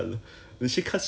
没有戏看 liao